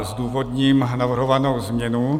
Zdůvodním navrhovanou změnu.